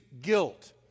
guilt